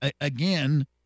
again